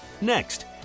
Next